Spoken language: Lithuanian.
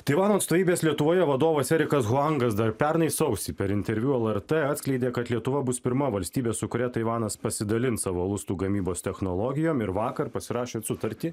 taivano atstovybės lietuvoje vadovas erikas huangas dar pernai sausį per interviu lrt atskleidė kad lietuva bus pirma valstybė su kuria taivanas pasidalins savo lustų gamybos technologijom ir vakar pasirašėt sutartį